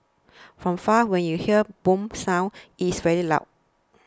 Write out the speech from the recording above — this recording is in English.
from far when you hear boom sound it's very loud